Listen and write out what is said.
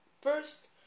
first